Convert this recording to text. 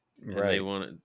Right